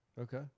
Okay